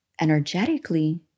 energetically